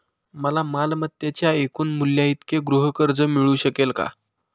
मला मालमत्तेच्या एकूण मूल्याइतके गृहकर्ज मिळू शकेल का?